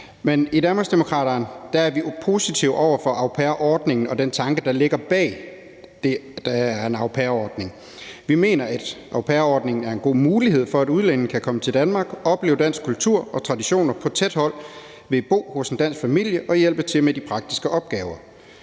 her. I Danmarksdemokraterne er vi positive over for au pair-ordningen og den tanke, der ligger bag det, at der er en au pair-ordning. Vi mener, at au pair-ordningen er en god mulighed for, at udlændinge kan komme til Danmark og opleve dansk kultur og traditioner på tæt hold ved at bo hos en dansk familie og hjælpe til med de praktiske opgaver.